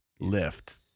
lift